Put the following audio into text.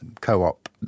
co-op